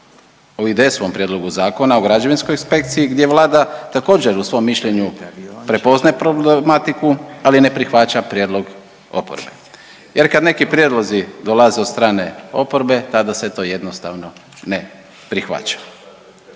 o IDS-ovom prijedlogu Zakona o građevinskoj inspekciji gdje Vlada također u svom mišljenju prepoznaje problematiku, ali ne prihvaća prijedlog oporbe jer kad neki prijedlozi dolaze od strane oporbe tada se to jednostavno ne prihvaća